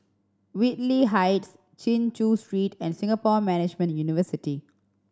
Whitley Heights Chin Chew Street and Singapore Management University